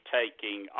taking